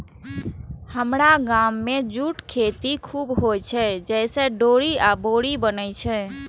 हमरा गाम मे जूटक खेती खूब होइ छै, जइसे डोरी आ बोरी बनै छै